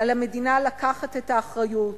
על המדינה לקחת את האחריות,